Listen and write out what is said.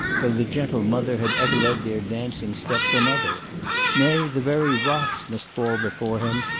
though the gentle mother had ever led their dancing steps another nay, the very rocks must fall before him,